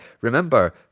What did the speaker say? remember